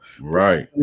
Right